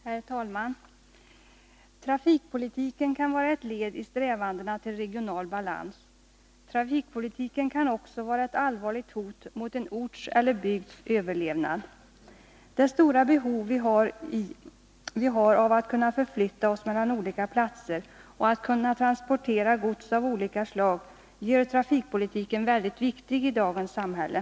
Herr talman! Trafikpolitiken kan vara ett led i strävandena till regional balans. Trafikpolitiken kan också vara ett allvarligt hot mot en orts eller bygds överlevnad. Det stora behov vi har av att kunna förflytta oss mellan olika platser och att kunna transportera gods av olika slag gör trafikpolitiken väldigt viktig i dagens samhälle.